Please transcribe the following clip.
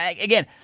again